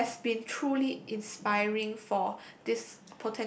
has been truly inspiring for this